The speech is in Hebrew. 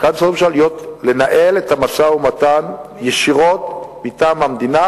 משרד ראש הממשלה לנהל את המשא-ומתן ישירות מטעם המדינה,